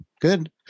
good